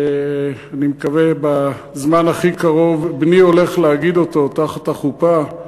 שאני מקווה שבזמן הכי קרוב בני הולך להגיד אותו תחת החופה: